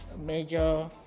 Major